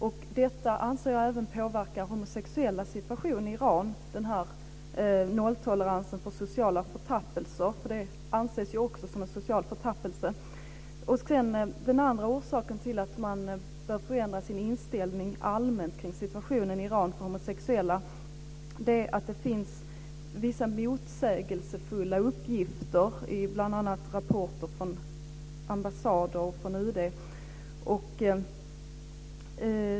Jag anser att det även påverkar homosexuellas situation i Iran, denna nolltolerans för social förtappelse - det anses också som en social förtappelse. Den andra orsaken till att man bör förändra sin inställning allmänt kring situationen för homosexuella i Iran är att det finns vissa motsägelsefulla uppgifter i bl.a. rapporter från ambassader och från UD.